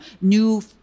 new